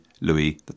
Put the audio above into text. Louis